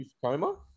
coma